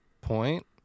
point